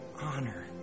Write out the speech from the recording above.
honor